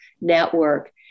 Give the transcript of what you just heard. Network